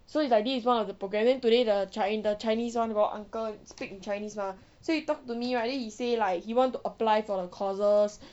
so it's like this is one of the programs then today the chi~ the chinese one got uncle speak in chinese mah so he talk to me right then he say like he want to apply for the courses